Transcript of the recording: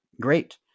great